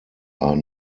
are